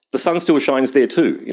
the sun still shines there too.